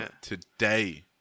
today